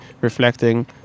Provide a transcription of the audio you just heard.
reflecting